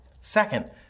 Second